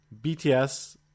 BTS